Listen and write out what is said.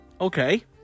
Okay